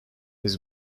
his